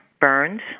burns